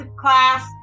class